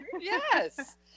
Yes